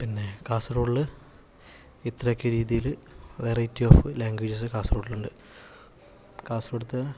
പിന്നെ കാസർഗോഡിൽ ഇത്രയൊക്കെ രീതിയിൽ വെറൈറ്റി ഓഫ് ലാംഗ്വേജസ് കാസർഗോഡിൽ ഉണ്ട് കാസർഗോഡത്തെ